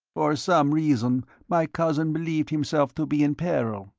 for some reason my cousin believed himself to be in peril,